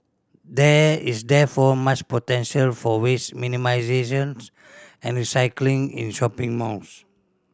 there is therefore much potential for waste minimisation and recycling in shopping malls